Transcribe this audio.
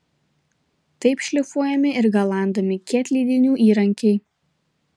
taip šlifuojami ir galandami kietlydinių įrankiai